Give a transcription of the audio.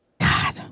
God